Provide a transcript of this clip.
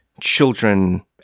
children